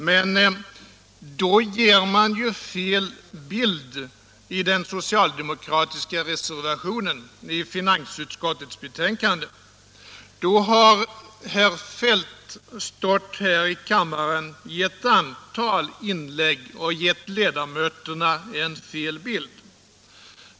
Men då ger man ju fel bild i den socialdemokratiska reservationen vid finansutskottets betänkande, då har herr Feldt stått här i kammaren och i ett antal inlägg gett ledamöterna en felaktig bild.